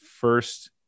first